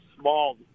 small